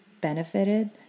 benefited